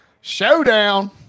showdown